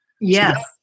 Yes